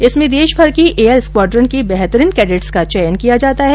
इसमें देशभर की एयर स्क्वाइन के बेहतरीन कैंडेट्स का चयन किया जाता है